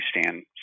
stand